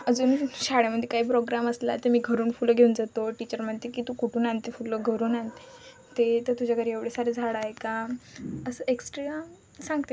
अजून शाळेमध्ये काही प्रोग्राम असला तर मी घरून फुलं घेऊन जातो टीचर म्हणते की तू कुठून आणते फुलं घरून आणते ते तर तुझ्या घरी एवढे सारे झाडं आहे का असं एक्स्ट्रा सांगते